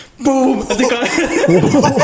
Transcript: boom